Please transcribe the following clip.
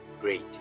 Great